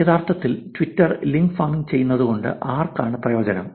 യഥാർത്ഥത്തിൽ ട്വിറ്ററിൽ link farming ചെയ്യുന്നതുകൊണ്ട് ആർക്കാണ് പ്രയോജനം